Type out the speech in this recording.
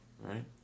Right